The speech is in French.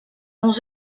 onze